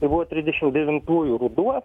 tai buvo trisdešim devintųjų ruduo